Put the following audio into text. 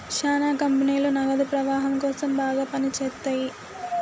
శ్యానా కంపెనీలు నగదు ప్రవాహం కోసం బాగా పని చేత్తయ్యి